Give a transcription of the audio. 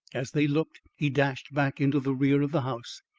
as they looked, he dashed back into the rear of the house,